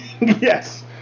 Yes